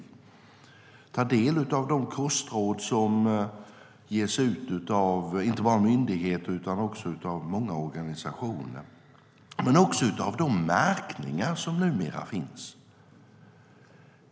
Man kan ta del av de kostråd som ges ut inte bara av myndigheter utan också många organisationer, liksom de märkningar som finns.